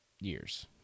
years